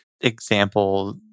example